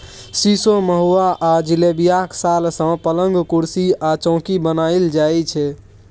सीशो, महुआ आ जिलेबियाक साल सँ पलंग, कुरसी आ चौकी बनाएल जाइ छै